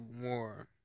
more